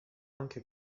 anche